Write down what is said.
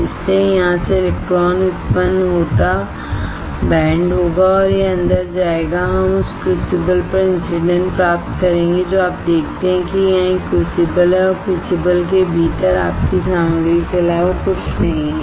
इसलिए यहाँ से इलेक्ट्रॉन उत्पन्न होगाजो बैंड होगा और यह अंदर जाएगा हम उस क्रूसिबल पर इंसीडेंट प्राप्त करेंगे जो आप देखते हैं कि यहाँ एक क्रूसिबल है और क्रूसिबल के भीतर आपकी सामग्री के अलावा कुछ भी नहीं है